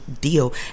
deal